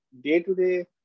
day-to-day